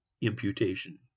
imputation